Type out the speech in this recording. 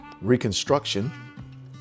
reconstruction